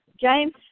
James